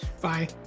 bye